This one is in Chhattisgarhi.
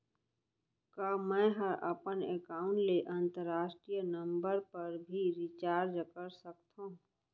का मै ह अपन एकाउंट ले अंतरराष्ट्रीय नंबर पर भी रिचार्ज कर सकथो